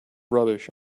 rubbish